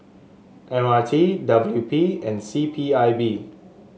M R T W P and C P I B